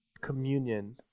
communion